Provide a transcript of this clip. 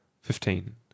Fifteen